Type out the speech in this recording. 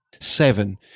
Seven